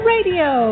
Radio